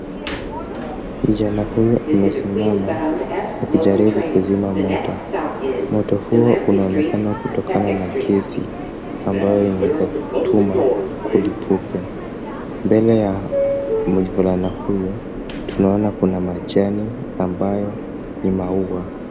Kijana huyu amesimama akijaribu kuzima moto. Moto huo unaonekana kutokana na gesi ambayo inaeza tuma kulipuke. Mbele ya mvulana huyu, tunaona kuna majani ambayo ni maua.